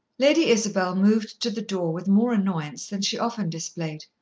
lady isabel moved to the door with more annoyance than she often displayed.